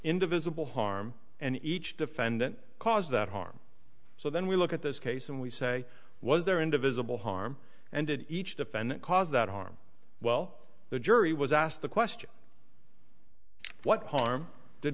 indivisible harm and each defendant caused that harm so then we look at this case and we say was there and a visible harm and each defendant caused that harm well the jury was asked the question what harm did